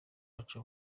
aca